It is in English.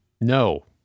No